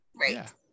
right